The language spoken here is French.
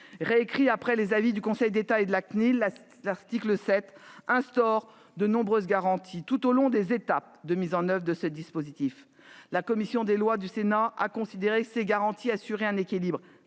Réécrit après les avis du Conseil d'État et de la Cnil, l'article 7 instaure de nombreuses garanties à chaque étape de la mise en oeuvre de ce dispositif. La commission des lois du Sénat a considéré que ces garanties assuraient un équilibre